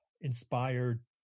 inspired